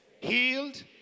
healed